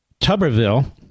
Tuberville